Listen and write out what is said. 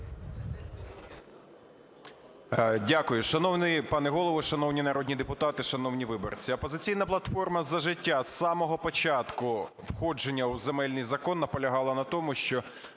Дякую. Шановний пане Голово, шановні народні депутати, шановні виборці! "Опозиційна платформа – За життя" з самого початку входження в земельний закон наполягала на тому, що